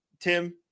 Tim